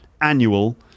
annual